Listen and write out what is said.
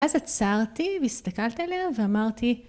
אז עצרתי והסתכלתי עליה ואמרתי,